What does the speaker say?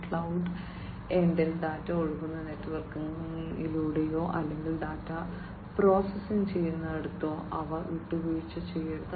cloud എൻഡിൽ data ഒഴുകുന്ന നെറ്റ്വർക്കിലൂടെയോ അല്ലെങ്കിൽ ഡാറ്റ പ്രോസസ്സ് ചെയ്യുന്നിടത്തോ അവ വിട്ടുവീഴ്ച ചെയ്യരുത്